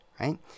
right